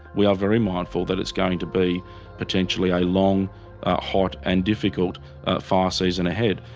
we are very mindful that it's going to be potentially a long hot and difficult fire season ahead.